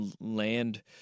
land